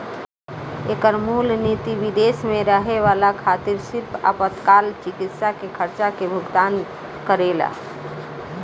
एकर मूल निति विदेश में रहे वाला खातिर सिर्फ आपातकाल चिकित्सा के खर्चा के भुगतान करेला